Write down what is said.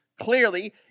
clearly